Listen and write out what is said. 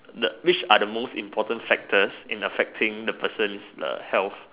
the which are the most important factors in affecting the person's uh health